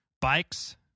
bikes